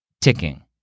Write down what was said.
ticking